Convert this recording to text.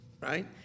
right